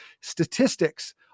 statistics